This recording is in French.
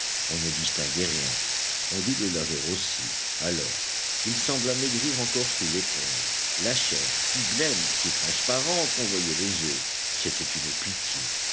on ne distinguait rien on dut le laver aussi alors il sembla maigrir encore sous l'éponge la chair si blême si transparente qu'on voyait les os c'était une pitié